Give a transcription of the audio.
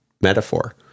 metaphor